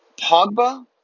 Pogba